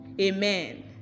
amen